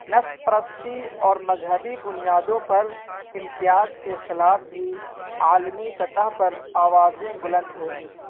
نسل پرستی اور مذہبی بنیادوں پر امتیاز کے خلاف بھی عالمی سطح پر آوازیں بلند ہوئیں